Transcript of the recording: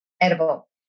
edible